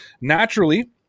naturally